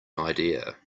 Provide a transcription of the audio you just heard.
idea